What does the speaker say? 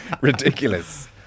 ridiculous